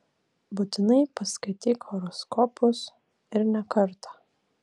būtinai paskaityk horoskopus ir ne kartą